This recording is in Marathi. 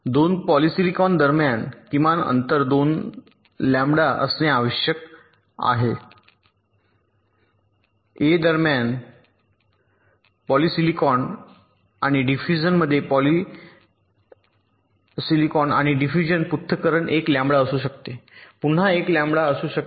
2 पॉलीसिलिकॉन दरम्यान किमान अंतर दोन लॅम्बडा असणे आवश्यक आहे ए दरम्यान पॉलीसिलिकॉन आणि डिफ्यूजनमध्ये पॉलीसिलिकॉनपॉलिझिलॉन आणि डिफ्यूजन पृथक्करण 1 लॅम्बडा असू शकते पुन्हा ते 1 लँबडा असू शकते